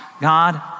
God